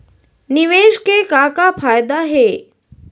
निवेश के का का फयादा हे?